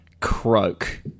croak